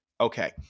Okay